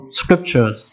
scriptures